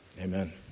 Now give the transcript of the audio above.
Amen